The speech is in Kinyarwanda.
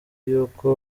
y’uko